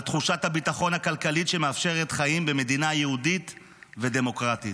על תחושת הביטחון הכלכלי שמאפשרת חיים במדינה יהודית ודמוקרטית.